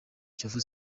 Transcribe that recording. kiyovu